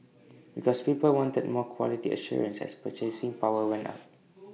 because people wanted more quality assurance as purchasing power went up